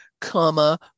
comma